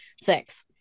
Six